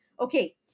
okay